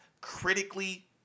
critically